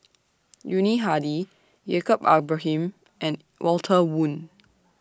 Yuni Hadi Yaacob Ibrahim and Walter Woon